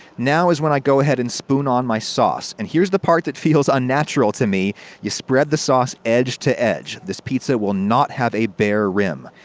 now is when i go ahead and spoon on my sauce. and here's the part that feels really unnatural to me you spread the sauce edge to edge. this pizza will not have a bare rim.